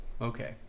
okay